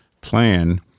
plan